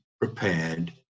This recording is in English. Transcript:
prepared